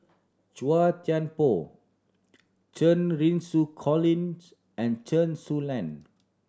Chua Thian Poh Cheng Xinru Colin and Chen Su Lan